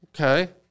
okay